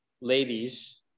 ladies